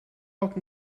poc